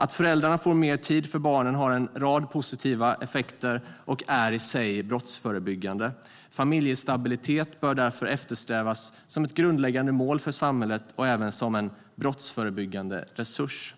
Att föräldrar får mer tid för barnen har en rad positiva effekter och är i sig brottsförebyggande. Familjestabilitet bör därför eftersträvas som ett grundläggande mål för samhället och även som en brottsförebyggande resurs.